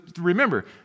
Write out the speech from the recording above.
Remember